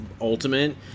Ultimate